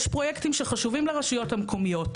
יש פרויקטים שחשובים לרשויות המקומיות.